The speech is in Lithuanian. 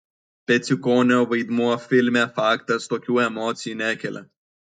peciukonio vaidmuo filme faktas tokių emocijų nekelia